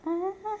(uh huh)